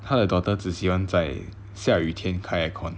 他的 daughter 只喜欢在下雨天开 aircon